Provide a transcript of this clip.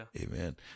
Amen